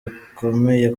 bukomeye